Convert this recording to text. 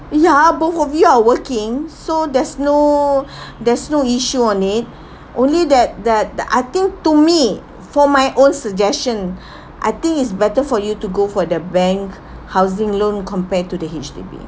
ya both of you are working so there's no there's no issue on it only that that uh I think to me for my own suggestion I think it's better for you to go for the bank housing loan compared to the H_D_B